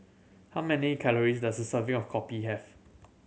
how many calories does serving of kopi have